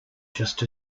just